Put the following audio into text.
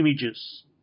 images